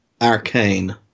arcane